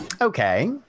Okay